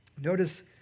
Notice